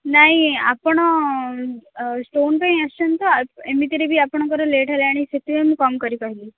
ନାଇଁ ଆପଣ ଷ୍ଟୋନ୍ ପାଇଁ ଆସିଛନ୍ତି ତ ଏମିତିରେ ବି ଆପଣଙ୍କର ଲେଟ୍ ହେଲାଣି ସେଥିପାଇଁ ମୁଁ କମ୍ କରି କହିଲି